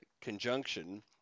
conjunction